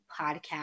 podcast